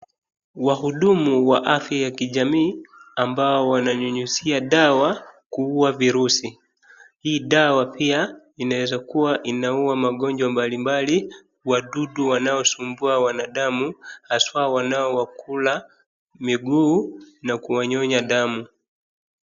Wahudumu wa afya ya kijamii ambao wana nyunyuzia dawa kuuwa virusi. Hii dawa pia inaeza kuwa inauwa magonjwa mbali mbali wadudu wanaosumbua wanadamu haswa wanaowakula miguu na kuwanyonya damu.